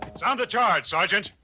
sound the charge, sergeant!